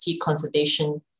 Conservation